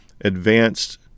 advanced